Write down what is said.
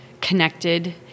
connected